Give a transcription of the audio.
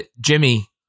Jimmy